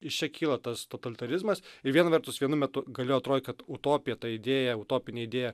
iš čia kyla tas totalitarizmas ir viena vertus vienu metu galėjo atrodyt kad utopija ta idėja utopinė idėja